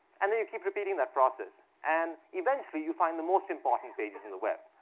and then you keep repeating that process, and, eventually, you find the most important pages in the web.